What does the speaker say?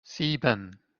sieben